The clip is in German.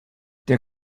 der